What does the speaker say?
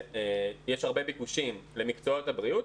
יש הרבה ביקוש למקצועות הבריאות,